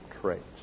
traits